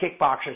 kickboxers